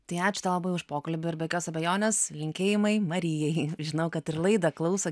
tai ačiū tau labai už pokalbį ir be jokios abejonės linkėjimai marijai žinau kad ir laidą klauso